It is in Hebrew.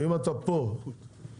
ואם אתה פה תאשר.